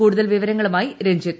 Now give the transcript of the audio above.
കൂടുതൽ വിവരങ്ങളുമായി രഞ്ജിത്